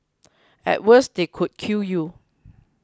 at worst they could kill you